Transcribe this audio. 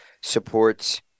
supports